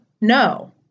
No